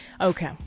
Okay